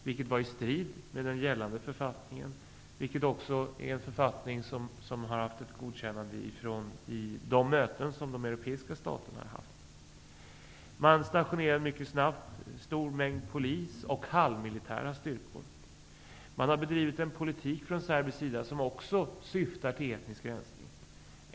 Detta var i strid med den gällande författningen, vilken hade fått ett godkännande vid de möten som de europeiska staterna har haft. Man stationerade mycket snabbt en stor mängd poliser och halvmilitära styrkor i Kosovo. Man har från serbisk sida bedrivit en politik som också syftar till etnisk rensning.